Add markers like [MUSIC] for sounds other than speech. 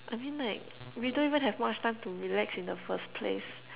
I mean like we don't even have much time to relax in the first place [LAUGHS]